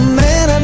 man